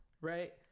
right